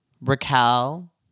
Raquel